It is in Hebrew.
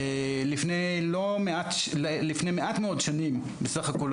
לפני מעט מאוד שנים סך הכול,